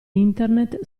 internet